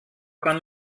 kann